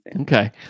okay